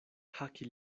haki